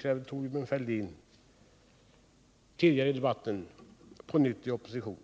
kräver Thorbjörn Fälldin — på nytt i opposition.